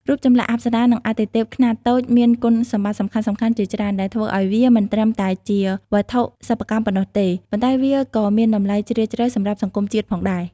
រូបចម្លាក់អប្សរា និងអាទិទេពខ្នាតតូចមានគុណសម្បត្តិសំខាន់ៗជាច្រើន ដែលធ្វើឱ្យវាមិនត្រឹមតែជាវត្ថុសិប្បកម្មប៉ុណ្ណោះទេ ប៉ុន្តែវាក៏មានតម្លៃជ្រាលជ្រៅសម្រាប់សង្គមជាតិផងដែរ។